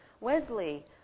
Wesley